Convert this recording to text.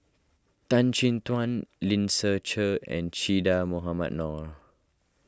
Tan Chin Tuan Lim Ser Cher and Che Dah Mohamed Noor